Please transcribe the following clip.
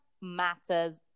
matters